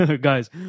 Guys